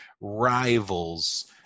rivals